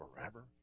forever